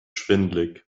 schwindelig